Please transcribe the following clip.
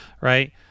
Right